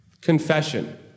confession